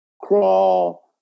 crawl